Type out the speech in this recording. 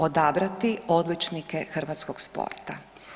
Odabrati odličnike hrvatskog sporta.